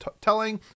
telling